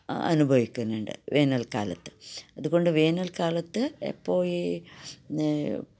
അനുഭവിക്കുന്നുണ്ട് വേനൽക്കാലത്ത് അതുകൊണ്ട് വേനൽ കാലത്ത് എപ്പോയേ